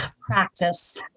Practice